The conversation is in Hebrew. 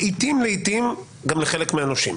לעתים גם לחלק מהנושים